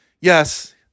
yes